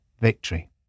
victory